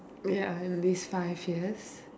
ya and this five years